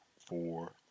four